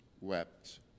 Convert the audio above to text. wept